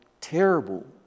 terrible